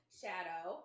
shadow